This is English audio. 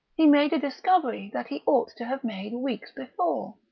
he made a discovery that he ought to have made weeks before.